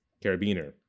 Carabiner